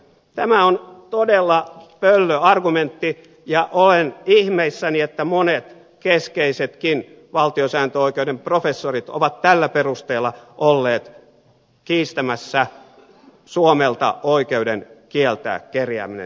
tämä on todella pöllö argumentti ja olen ihmeissäni että monet keskeisetkin valtiosääntöoikeuden professorit ovat tällä perusteella olleet kiistämässä suomelta oikeuden kieltää kerjääminen suomessa